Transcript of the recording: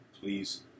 please